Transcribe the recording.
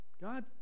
God